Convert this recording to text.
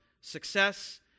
success